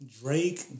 Drake